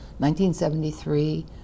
1973